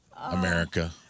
America